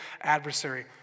adversary